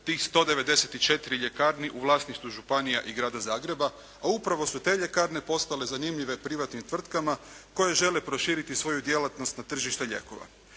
tih 194 ljekarni u vlasništvu županija i Grada Zagreba, a upravo su te ljekarne postale zanimljive privatnim tvrtkama koje žele proširiti svoju djelatnost na tržište lijekova.